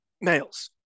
males